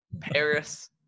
Paris